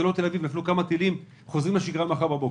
נפלו כמה טילים וחוזרים לשגרה מחר בבוקר,